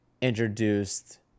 introduced